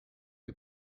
you